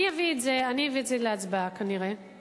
אני אביא את זה להצבעה כנראה.